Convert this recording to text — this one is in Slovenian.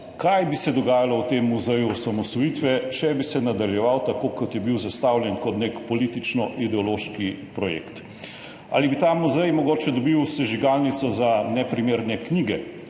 kaj bi se dogajalo v tem muzeju osamosvojitve, če bi se nadaljeval tako, kot je bil zastavljen, kot nek politično-ideološki projekt. Ali bi ta muzej mogoče dobil sežigalnico za neprimerne knjige,